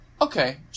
Okay